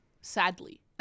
sadly